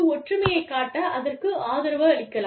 ஒற்றுமையைக் காட்ட அதற்கு ஆதரவளிக்கலாம்